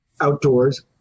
outdoors